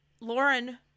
lauren